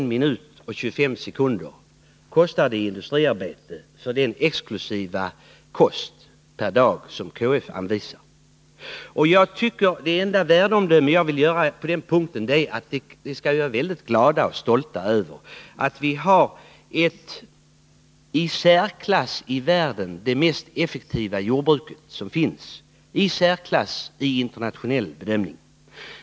1 minut och 25 sekunder kostar det i industriarbete för den exklusiva kost som KF anvisar. Anslag inom jord Det enda värdeomdöme jag vill göra på denna punkt är att vi skall vara bruksdepartemenväldigt glada och stolta över att vi har det i särklass i världen mest effektiva — ;ets verksamhetsjordbruket.